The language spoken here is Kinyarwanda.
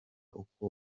uko